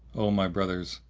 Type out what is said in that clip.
o my brothers,